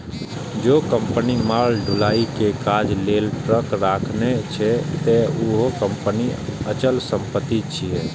जौं कंपनी माल ढुलाइ के काज लेल ट्रक राखने छै, ते उहो कंपनीक अचल संपत्ति छियै